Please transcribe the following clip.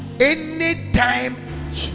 anytime